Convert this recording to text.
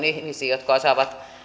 ihmisiin jotka osaavat